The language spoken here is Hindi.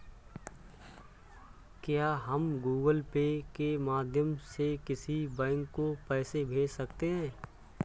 क्या हम गूगल पे के माध्यम से किसी बैंक को पैसे भेज सकते हैं?